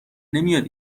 نمیاد